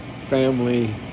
family